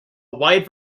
wide